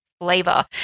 flavor